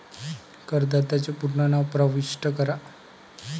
करदात्याचे पूर्ण नाव प्रविष्ट करा